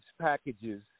packages